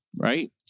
right